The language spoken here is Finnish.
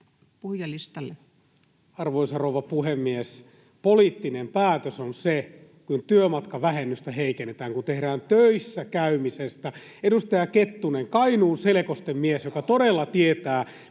22:53 Content: Arvoisa rouva puhemies! Poliittinen päätös on se, kun työmatkavähennystä heikennetään, kun tehdään töissä käymisestä... Edustaja Kettunen, Kainuun selkosten mies, joka todella tietää,